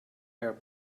air